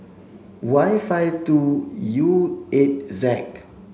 Y five two U eight Z